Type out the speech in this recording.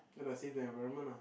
ya lah save the environment ah